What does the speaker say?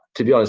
to be honest,